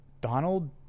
Donald